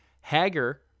Hager